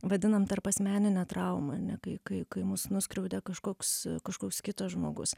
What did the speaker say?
vadinam tarpasmenine trauma ane kai kai kai mus nuskriaudė kažkoks kažkoks kitas žmogus